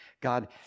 God